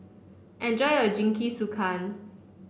enjoy your Jingisukan